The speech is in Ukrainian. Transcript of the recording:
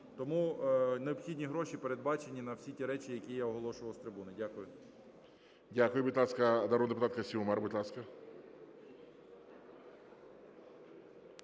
Тому необхідні гроші передбачені на всі ті речі, які я оголошував з трибуни. Дякую. ГОЛОВУЮЧИЙ. Дякую. Будь ласка, народна депутатка Сюмар.